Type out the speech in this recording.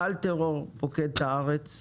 גל טרור פוקד את הארץ,